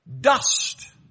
Dust